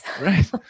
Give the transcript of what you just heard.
Right